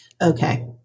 Okay